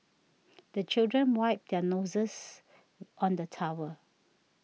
the children wipe their noses on the towel